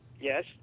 yes